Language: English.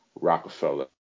Rockefeller